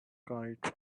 kite